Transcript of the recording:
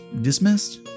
dismissed